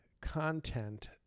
content